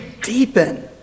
deepen